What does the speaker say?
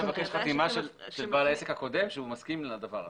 חתימה של בעל העסק הקודם שהוא מסכים לדבר הזה.